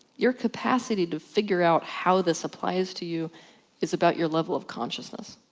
your capacity to figure out how this applies to you is about your level of consciousness.